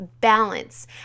balance